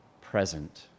present